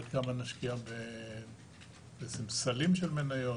עד כמה נשקיע בסלים של מניות,